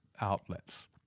outlets